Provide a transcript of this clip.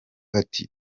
ati